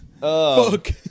Fuck